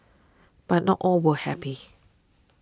but not all were happy